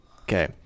Okay